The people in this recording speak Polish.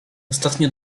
ostatnio